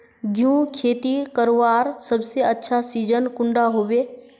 गेहूँर खेती करवार सबसे अच्छा सिजिन कुंडा होबे?